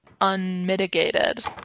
unmitigated